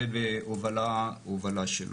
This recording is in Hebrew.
זה בהובלה שלו.